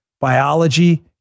biology